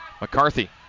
McCarthy